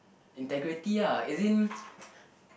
integrity lah as in